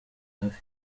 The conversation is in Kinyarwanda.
hafi